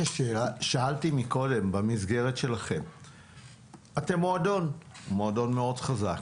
כמו שאלתי מקודם, אתם מועדון מאוד חזק,